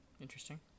interesting